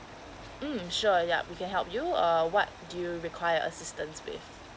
mm sure yup we can help you uh what do you require assistance with